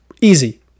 Easy